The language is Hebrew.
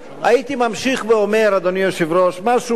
הייתי ממשיך ואומר, אדוני היושב-ראש, משהו,